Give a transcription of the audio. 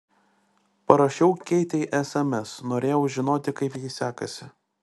parašiau keitei sms norėjau žinoti kaip jai sekasi